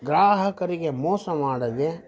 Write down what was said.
ಗ್ರಾಹಕರಿಗೆ ಮೋಸ ಮಾಡದೆ